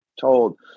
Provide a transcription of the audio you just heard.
told